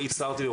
הם היו מתחת ל-2